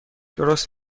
درست